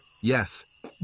Yes